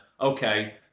okay